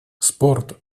спорт